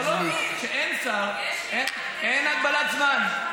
כשאין שר, אין הגבלת זמן.